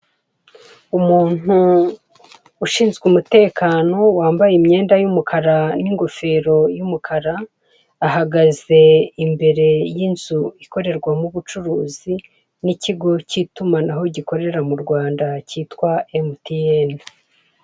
Umuntu ushinzwe umutekano wambaye imyenda y'umukara n'ingofero y'umukara ahagaze imbere y'inzu ikorerwamo ubucuruzi n'ikigo k'itumanaho gikorera mu Rwanda cyitwa emutiyene.